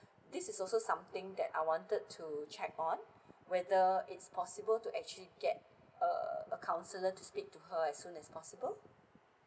this is also something that I wanted to check on whether it's possible to actually get a a counselor to speak to her as soon as possible